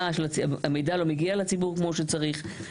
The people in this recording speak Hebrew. המידע לא מגיע לציבור כמו שצריך.